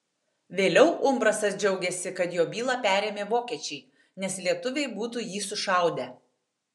vėliau umbrasas džiaugėsi kad jo bylą perėmė vokiečiai nes lietuviai būtų jį sušaudę